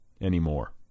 anymore